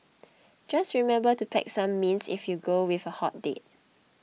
just remember to pack some mints if you go with a hot date